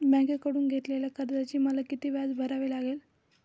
बँकेकडून घेतलेल्या कर्जाचे मला किती व्याज भरावे लागेल?